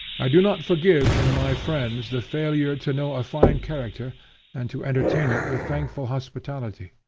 i do not forgive in my friends the failure to know a fine character and to entertain it with thankful hospitality.